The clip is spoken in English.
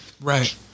Right